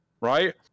right